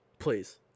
please